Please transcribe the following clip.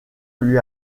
lui